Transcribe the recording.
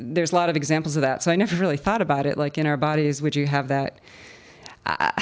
there's a lot of examples of that so i never really thought about it like in our bodies which you have that